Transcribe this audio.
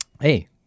Hey